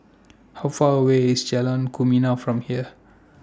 How Far away IS Jalan Kumia from here